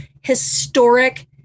historic